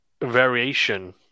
variation